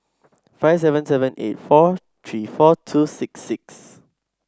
five seven seven eight four three four two six six